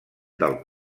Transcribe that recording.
del